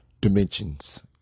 dimensions